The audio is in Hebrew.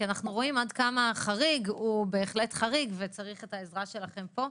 כי אנחנו רואים עד כמה החריג הוא בהחלט חריג וצריך את העזרה שלכם פה.